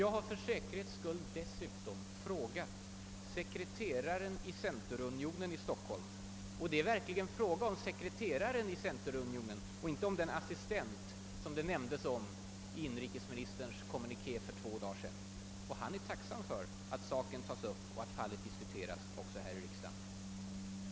Jag har för säkerhets skull dessutom frågat sekreteraren i centerunionen i Stockholm — det gäller verkligen sekreteraren och inte den assistent som kallades för »sekreteraren» i inrikesministerns kommuniké för två dagar sedan — och han är tacksam för att fallet diskuteras och kritiseras också i riksdagen.